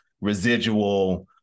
residual